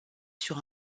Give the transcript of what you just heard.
sur